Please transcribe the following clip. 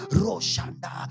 roshanda